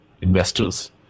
investors